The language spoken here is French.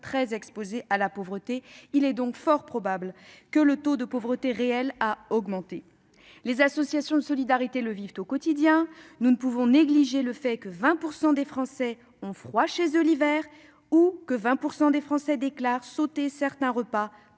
très exposées à la pauvreté. Il est donc fort probable que le taux de pauvreté ait en réalité augmenté. Les associations de solidarité le vivent au quotidien. Nous ne saurions négliger le fait que 20 % des Français ont froid chez eux l'hiver, ou encore que 20 % d'entre eux déclarent sauter certains repas